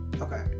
okay